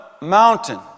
mountain